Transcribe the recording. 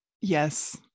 yes